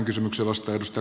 olkaa hyvä